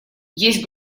есть